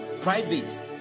private